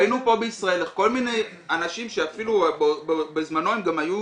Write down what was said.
ראינו פה בישראל איך כל מיני אנשים שאפילו בזמנו הם גם היו